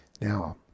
Now